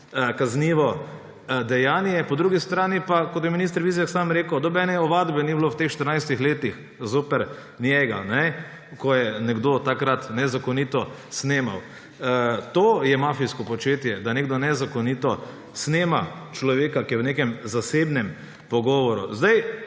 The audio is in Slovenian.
kaznivo dejanje, po drugi strani pa, kot je minister Vizjak sam rekel, nobene ovadbe ni bilo v teh 14 letih zoper njega, ko je nekdo takrat nezakonito snemal. To je mafijsko početje, da nekdo nezakonito snema človeka, ki je v nekem zasebnem pogovoru. Robata